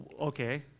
okay